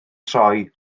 troi